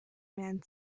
man